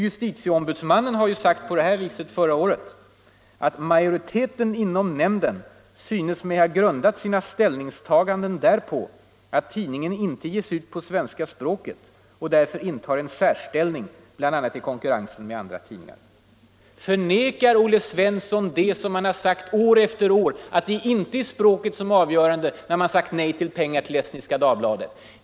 Justitieombudsmannen skrev förra året: ”Majoriteten inom nämnden synes mig ha grundat sina ställningstaganden därpå att tidningen inte ges ut på svenska språket och därför intar en särställning, bl.a. i konkurrensen med andra tidningar.” Vidhåller Olle Svensson det som han har sagt år efter år att det inte är språket som är avgörande när man har sagt nej till pengar till Estniska Dagbladet?